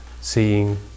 seeing